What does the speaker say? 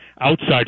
outside